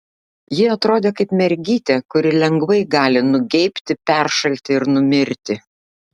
ji atrodė kaip mergytė kuri lengvai gali nugeibti peršalti ir numirti